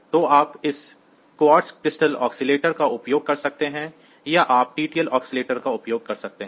तो आप एक क्वार्ट्ज क्रिस्टल ऑसिलेटर का उपयोग कर सकते हैं या आप टीटीएल ऑसिलेटर का उपयोग कर सकते हैं